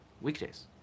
Weekdays